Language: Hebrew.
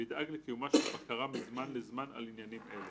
וידאג לקיומה של בקרה מזמן לזמן על עניינים אלה,